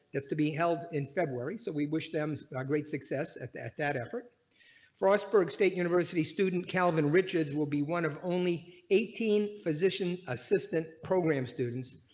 that's to be held in february. so we wish them great success at that that effort frostburg state university student calvin richards will be one of only eighteen. position assistant program students,